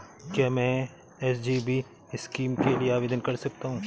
क्या मैं SGB scheme के लिए आवेदन कर सकता हूँ?